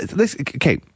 Okay